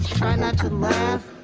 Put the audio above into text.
try not to laugh.